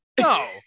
No